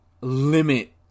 limit